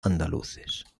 andaluces